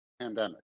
pandemic